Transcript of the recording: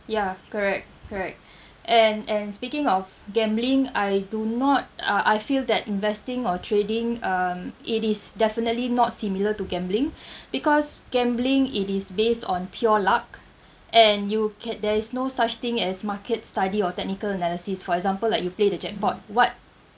ya correct correct and and speaking of gambling I do not uh I feel that investing or trading um it is definitely not similar to gambling because gambling it is based on pure luck and you can there is no such thing as market study or technical analysis for example like you play the jackpot what